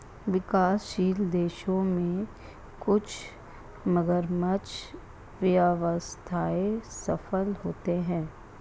विकासशील देशों में कुछ मगरमच्छ व्यवसाय सफल होते हैं